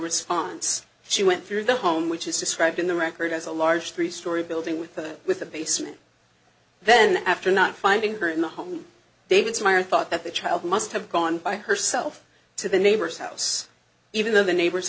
response she went through the home which is described in the record as a large three story building with a with a basement then after not finding her in the home david smart thought that the child must have gone by herself to the neighbors house even though the neighbor's